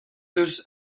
eus